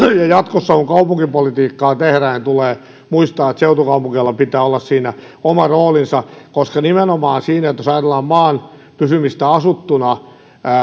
ja jatkossa kun kaupunkipolitiikkaa tehdään tulee muistaa että seutukaupungeilla pitää olla siinä oma roolinsa nimenomaan siinä jos ajatellaan maan pysymistä asuttuna